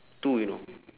two you know